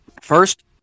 First